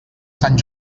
sant